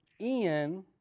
Ian